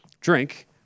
Drink